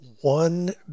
one